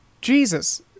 Jesus